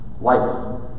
Life